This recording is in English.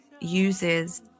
uses